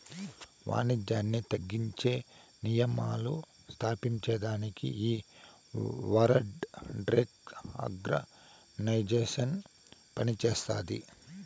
వానిజ్యాన్ని తగ్గించే నియమాలు స్తాపించేదానికి ఈ వరల్డ్ ట్రేడ్ ఆర్గనైజేషన్ పనిచేస్తాది